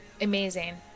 amazing